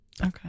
Okay